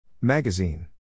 Magazine